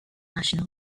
national